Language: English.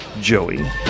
joey